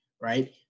right